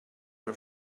her